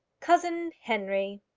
cousin henry